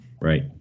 Right